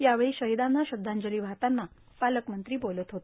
यावेळी शहिदाना श्रद्धांजली वाहतांना पालकमंत्री बोलत होते